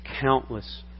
countless